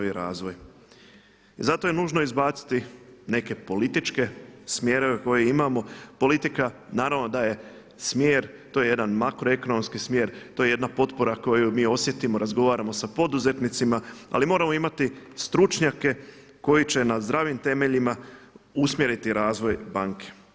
I zato je nužno izbaciti neke političke smjerove koje imamo, politika naravno da je smjer, to je jedan makroekonomski smjer, to je jedna potpora koju mi osjetimo, razgovaramo sa poduzetnicima ali moramo imati stručnjake koji će na zdravim temeljima usmjeriti razvoj banke.